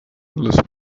les